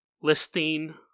listing